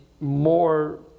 more